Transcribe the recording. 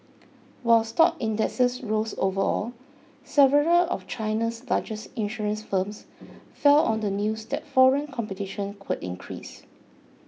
while stock indexes rose overall several of China's largest insurance firms fell on the news that foreign competition could increase